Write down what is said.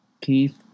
Keith